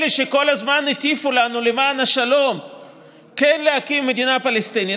אלה שכל הזמן הטיפו לנו למען השלום כן להקים מדינה פלסטינית,